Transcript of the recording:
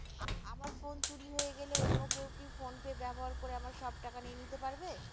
আমার ফোন চুরি হয়ে গেলে অন্য কেউ কি ফোন পে ব্যবহার করে আমার সব টাকা নিয়ে নিতে পারবে?